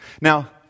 Now